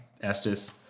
Estes